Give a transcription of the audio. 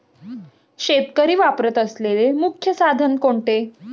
शेतकरी वापरत असलेले मुख्य साधन कोणते?